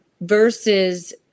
versus